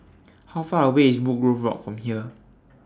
How Far away IS Woodgrove Walk from here